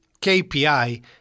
KPI